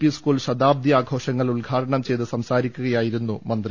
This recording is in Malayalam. പി സ്കൂൾ ശതാബ്ദി ആഘോഷങ്ങൾ ഉദ്ഘാടനം ചെയ്ത് സംസാരിക്കുക യായിരുന്നു മന്ത്രി